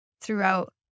throughout